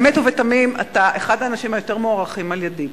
באמת ובתמים אתה אחד האנשים היותר מוערכים על-ידי.